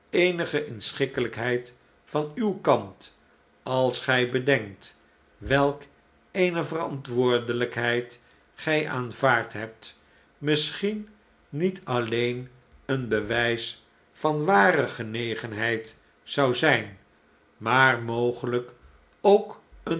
eenige inschikkelijkheid van uw kant als gij bedenkt welk eene verantwoordelijkheid gij aanvaard hebt misschien niet alleen een bewijs van ware genegenheid zou zijn maar mogelijk ook een